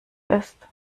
ist